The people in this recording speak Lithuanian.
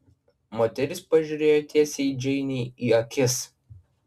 moteris pažiūrėjo tiesiai džeinei į akis